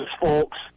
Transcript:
folks